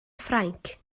ffrainc